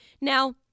Now